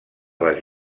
les